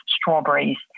strawberries